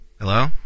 Hello